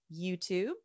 YouTube